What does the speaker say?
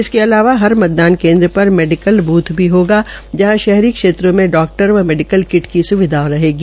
इसे अलावा हर मतदान केन्द्र पर मेडीकल बूथ भी होगा जहां शहरी क्षेत्रो में डाक्टरों व मेडिकल किट की स्विधा भी होगी